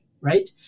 Right